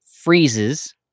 freezes